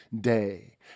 day